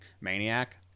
maniac